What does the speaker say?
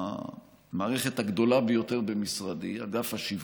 במערכת הגדולה ביותר במשרדי, אגף השיווק,